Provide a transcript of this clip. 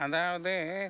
அதாவது